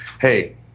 Hey